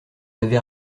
avez